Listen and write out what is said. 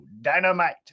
Dynamite